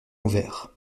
ouverts